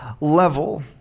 level